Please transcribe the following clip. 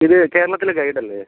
ഇത് കേരളത്തിലെ ഗൈഡല്ലേ